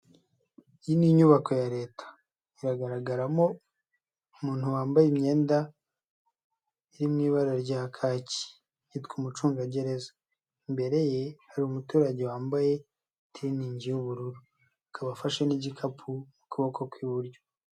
Iyi ni inyubako ya Leta iragaragaramo umuntu wambaye imyenda iri mu ibara rya kaki yitwa umucungagereza, imbere ye hari umuturage wambaye itiriningi y'ubururu, akaba afashe n'igikapu ukuboko kw'iburyo.